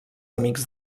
amics